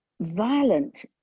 violent